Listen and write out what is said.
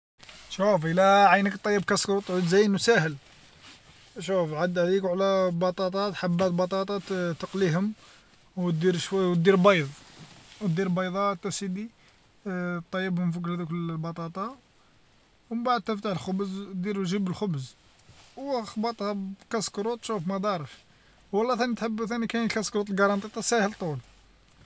شوف إلا عينك طيب كسكروط زين وساهل شوف عدى عليك وعلى بطاطا حبة بطاطا ت- تقليهم، ودير شوية ودير بيض ودير بيضات أسيدي طيبهم فوق هاذوك البطاطا، ومبعد تفتح الخبز دير جيب الخبز وخبطها بكسكروط شوف مدارش ولا ثاني تحب ثاني كاين كسكروط القرنطيطة ساهل طول.